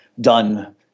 done